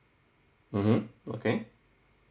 mmhmm okay